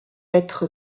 être